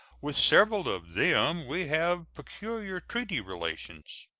with several of them we have peculiar treaty relations.